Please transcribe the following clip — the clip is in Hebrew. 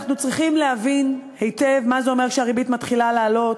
אנחנו צריכים להבין היטב מה זה אומר שהריבית מתחילה לעלות,